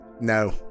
no